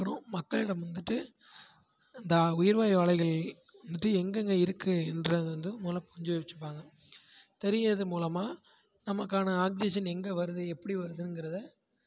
அப்றம் மக்களிடம் வந்துட்டு இந்த உயிர் வாயு அலைகள் வந்துட்டு எங்கெங்கே இருக்கு என்றதை மொதலில் புரிஞ்சி வைச்சிப்பாங்க தெரியிறது மூலமாக நமக்கான ஆக்சிஜன் எங்கே வருது எப்படி வருதுங்கிறத